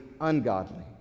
ungodly